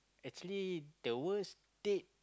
actually the worst date